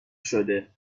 شده